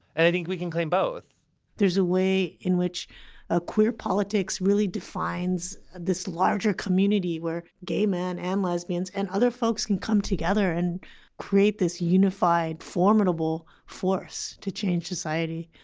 and i think we can claim both there's a way in which ah queer politics really defines this larger community where gay men and lesbians and other folks can come together and create this unified formidable force to change society.